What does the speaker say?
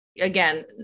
again